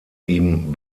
ihm